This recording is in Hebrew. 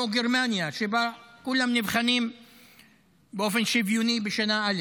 שבה כולם נבחנים באופן שוויוני בשנה א'?